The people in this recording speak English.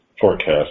forecast